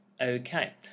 Okay